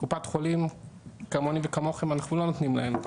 קופת חולים כמוני וכמוכם אנחנו לא נותנים להם,